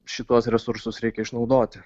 šituos resursus reikia išnaudoti